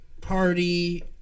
party